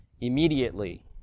immediately